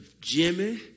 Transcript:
Jimmy